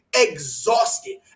exhausted